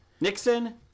Nixon